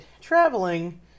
traveling